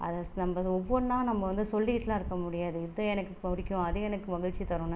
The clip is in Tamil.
அதை நம்ம ஒவ்வொன்றா நம்ம வந்து சொல்லிகிட்டுலாம் இருக்க முடியாது இது எனக்கு பிடிக்கும் அது எனக்கு மகிழ்ச்சி தரும்னு